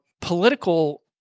political